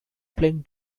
playing